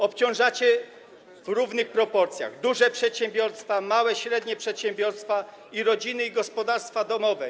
Obciążacie w równych proporcjach duże przedsiębiorstwa, małe, średnie przedsiębiorstwa, rodziny i gospodarstwa domowe.